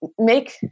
make